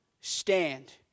stand